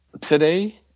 today